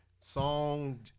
Song